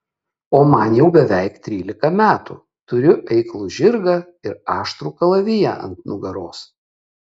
o man jau beveik trylika metų turiu eiklų žirgą ir aštrų kalaviją ant nugaros